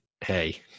hey